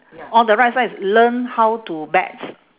on the right side is learn how to bets